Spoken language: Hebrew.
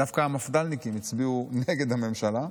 דווקא, המפד"ליניקים הצביעו נגד הממשלה,